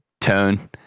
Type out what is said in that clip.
Tone